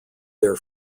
their